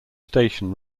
station